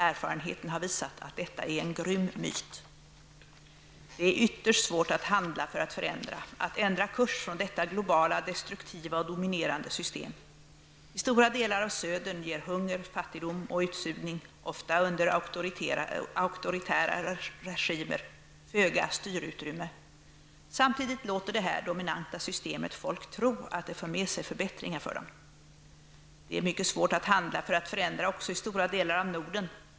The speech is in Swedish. Erfarenheten har visat att detta är en grym myt. Det är ytterst svårt att handla för att förändra, att ändra kurs från detta globala destruktiva och dominerande system. I stora delar av Södern ger hunger, fattigdom och utsugning -- ofta under auktoritära regimer -- föga styrutrymme. Samtidigt låter det här dominanta systemet folk tro att det för med sig förbättringar för dem. Det är mycket svårt att handla för att förändra också i stora delar av Norden.